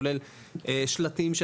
כולל שלטים.